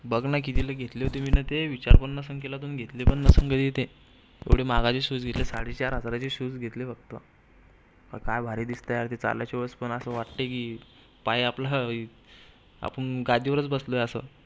बघ ना कितीला घेतले होते मी ना ते विचार पण नसंन केला तू घेतले पण नसंन कधी ते एवढे महागाचे शूज घेतले साडेचार हजाराचे शूज घेतले फक्त काय भारी दिसतं यार ते चालायच्या वेळेस पण असं वाटतं की पाय आपला आपण गादीवरच बसलोय असं